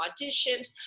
auditions